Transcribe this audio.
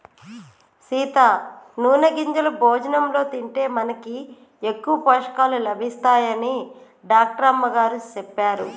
సీత నూనె గింజలు భోజనంలో తింటే మనకి ఎక్కువ పోషకాలు లభిస్తాయని డాక్టర్ అమ్మగారు సెప్పారు